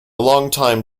longtime